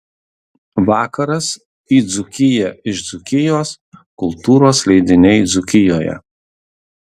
vakaras į dzūkiją iš dzūkijos kultūros leidiniai dzūkijoje